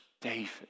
David